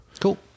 Cool